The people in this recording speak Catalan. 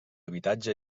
habitatge